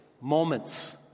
moments